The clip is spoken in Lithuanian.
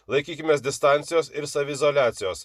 laikykimės distancijos ir saviizoliacijos